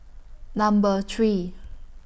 Number three